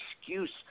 excuse